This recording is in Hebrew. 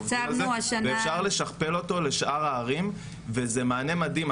אפשר לשכפל אותו לשאר הערים, וזה מענה מדהים.